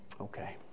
Okay